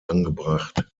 angebracht